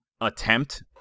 Attempt